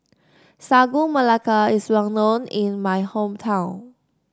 Sagu Melaka is well known in my hometown